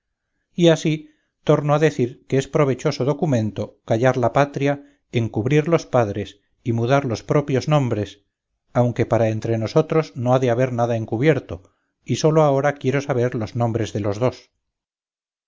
y así torno a decir que es provechoso documento callar la patria encubrir los padres y mudar los propios nombres aunque para entre nosotros no ha de haber nada encubierto y sólo ahora quiero saber los nombres de los dos